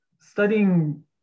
studying